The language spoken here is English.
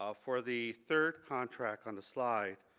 ah for the third contract on the slide,